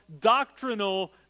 doctrinal